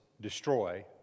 destroy